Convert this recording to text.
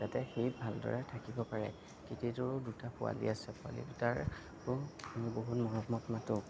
যাতে সি ভালদৰে থাকিব পাৰে টীটীটোৰো দুটা পোৱালী আছে পোৱালী দুটাকো আমি বহুত মৰমত মাতো